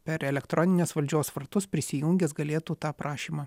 per elektroninės valdžios vartus prisijungęs galėtų tą prašymą